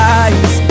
eyes